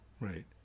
Right